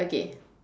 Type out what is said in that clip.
okay